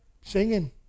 singing